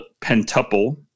Pentuple